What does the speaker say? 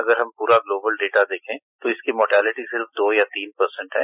अगर हम पूरा ग्लोबल डेटा देखे तो इसकी मोर्टेलिटी सिर्फ दो या तीन परसेन्ट है